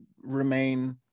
remain